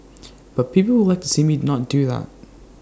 but people would like to see me not do that